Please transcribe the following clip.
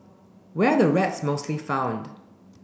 where're the rats mostly found